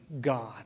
God